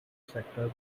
sector